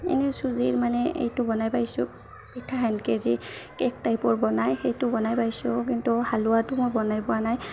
এনেই চুজিৰ মানে এইটো বনাই পাইছোঁ পিঠা হেনকে যে কেক টাইপৰ বনায় সেইটো বনাই পাইছোঁ কিন্তু হালোৱাটো মই বনাই পোৱা নাই